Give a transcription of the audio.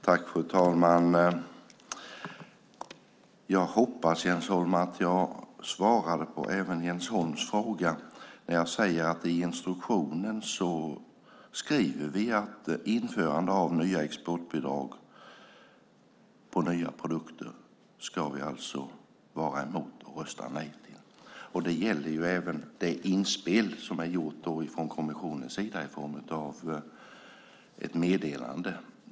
Fru talman! Jag hoppas att jag svarade även på Jens Holms fråga när jag säger att vi skriver i instruktionen att vi ska vara emot och rösta nej till införande av nya exportbidrag på nya produkter. Det gäller även det inspel som har gjorts från kommissionens sida i form av ett meddelande.